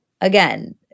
again